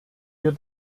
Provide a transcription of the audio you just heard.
wir